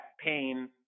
pain